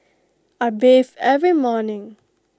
I bathe every morning